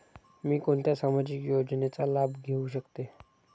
मी कोणत्या सामाजिक योजनेचा लाभ घेऊ शकते?